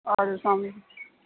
اَدٕ حظ السلام علیکُم